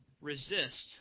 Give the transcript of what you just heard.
resist